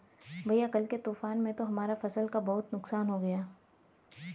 भैया कल के तूफान में तो हमारा फसल का बहुत नुकसान हो गया